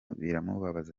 biramubabaza